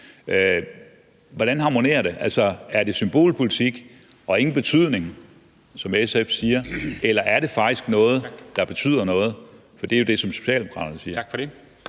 Hvordan harmonerer det? Er det symbolpolitik, og har det ingen betydning, som SF siger, eller er det faktisk noget, der betyder noget, for det er jo det, som Socialdemokraterne siger? Kl.